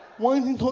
why is